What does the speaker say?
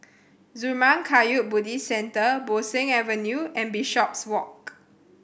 Zurmang Kagyud Buddhist Centre Bo Seng Avenue and Bishopswalk